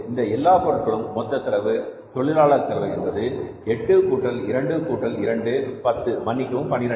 இந்த எல்லா பொருட்களும் மொத்த செலவு தொழிலாளர் செலவு என்பது 8 கூட்டல் 2 கூட்டல் 2 10 மன்னிக்கவும் 12